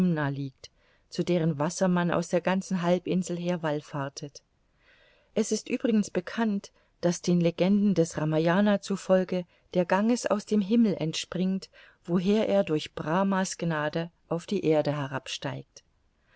liegt zu deren wasser man aus der ganzen halbinsel her wallfahrtet es ist übrigens bekannt daß den legenden des ramayana zufolge der ganges aus dem himmel entspringt woher er durch brahma's gnade auf die erde